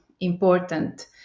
important